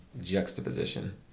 juxtaposition